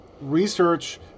research